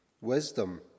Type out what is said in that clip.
wisdom